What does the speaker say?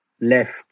left